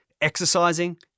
exercising